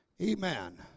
Amen